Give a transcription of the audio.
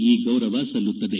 ಈ ಗೌರವ ಸಲ್ಲುತ್ತದೆ